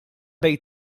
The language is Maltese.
bejn